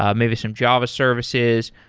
ah maybe some java services,